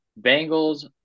Bengals